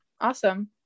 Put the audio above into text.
Awesome